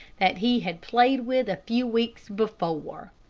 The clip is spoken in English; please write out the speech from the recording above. that he had played with a few weeks before.